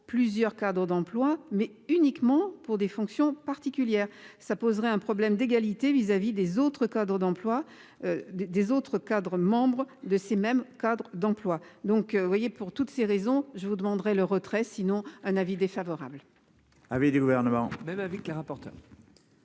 plusieurs Cadre d'emplois mais uniquement pour des fonctions particulières ça poserait un problème d'égalité vis-à-vis des autres Cadre d'emplois. Des des autres cadres, membres de ces mêmes cadres d'emploi. Donc vous voyez pour toutes ces raisons je vous demanderai le retrait sinon un avis défavorable.